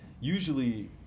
usually